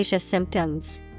symptoms